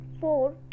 four